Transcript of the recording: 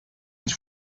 ens